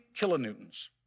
kilonewtons